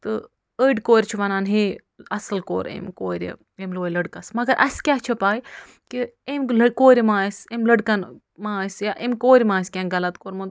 تہٕ أڈۍ کورِ چھِ وَنان ہے اصٕل کوٚر أمۍ کورِ أمۍ لویے لٔڑکَس مَگر اسہِ کیٛاہ چھِ پَے کہِ أمۍ لٔڑ کورِ ما آسہِ أمۍ لٔڑکَن ما آسہِ یا أسۍ کورِ ما آسہِ کیٚنٛہہ غلط کورمُت